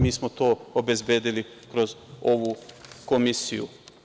Mi smo to obezbedili kroz ovu komisiju.